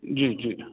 जी जी